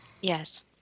Yes